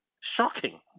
shocking